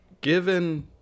given